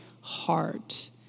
heart